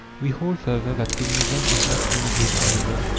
we hold further that communism is not only desirable,